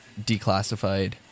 declassified